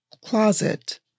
closet